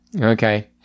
okay